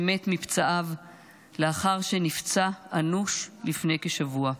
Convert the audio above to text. שמת מפצעיו לאחר שנפצע אנוש לפני כשבוע.